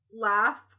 laugh